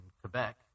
Quebec